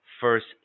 first